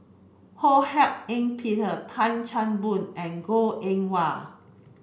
Ho Hak Ean Peter Tan Chan Boon and Goh Eng Wah